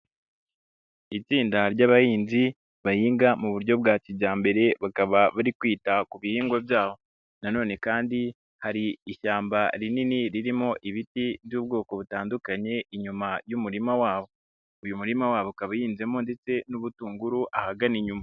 Itsinda ry'abahinzi bahinga mu buryo bwa kijyambere bakaba bari kwita ku bihingwa byaho nanone kandi hari ishyamba rinini ririmo ibiti by'ubwoko butandukanye inyuma y'umurima wabo, uyu murima wabo ukaba uhinzemo ndetse n'ubutunguru ahagana inyuma.